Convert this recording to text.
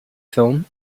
film